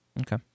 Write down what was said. Okay